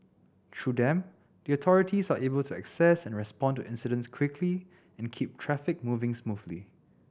through them the authorities are able to assess and respond to incidents quickly and keep traffic moving smoothly